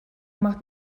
macht